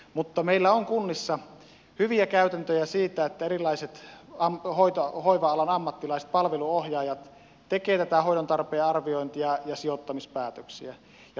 mutta meillä on kunnissa hyviä käytäntöjä siitä että erilaiset hoiva alan ammattilaiset palveluohjaajat tekevät tätä hoidontarpeen arviointia ja sijoittamispäätöksiä